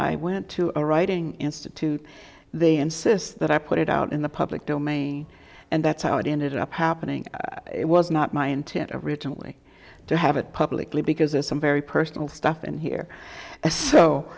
i went to a writing institute they insist that i put it out in the public domain and that's how it ended up happening it was not my intent originally to have it publicly because there's some very personal stuff in here